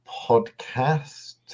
podcast